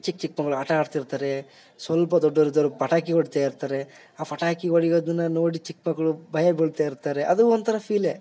ಚಿಕ್ಕ ಚಿಕ್ಕ ಮಕ್ಳು ಆಟ ಆಡ್ತಾ ಇರ್ತಾರೆ ಸ್ವಲ್ಪ ದೊಡ್ಡರಿದ್ದವ್ರು ಪಟಾಕಿ ಹೊಡಿತಾ ಇರ್ತಾರೆ ಆ ಪಟಾಕಿ ಹೊಡಿಯೋದನ್ನ ನೋಡಿ ಚಿಕ್ಕ ಮಕ್ಳು ಭಯ ಬೀಳ್ತಾ ಇರ್ತಾರೆ ಅದು ಒಂಥರ ಫೀಲೇ